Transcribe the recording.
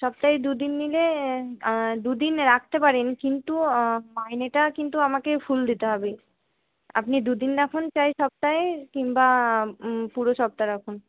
সপ্তাহে দুদিন নিলে দুদিন রাখতে পারেন কিন্তু মাইনেটা কিন্তু আমাকে ফুল দিতে হবে আপনি দুদিন রাখুন চাই সপ্তাহে কিংবা পুরো সপ্তাহ রাখুন